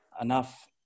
enough